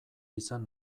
izan